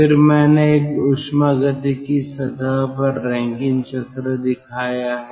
फिर मैंने एक ऊष्मागतिकी सतह पर रैंकिन चक्र दिखाया है